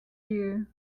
you